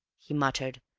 he muttered,